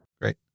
Great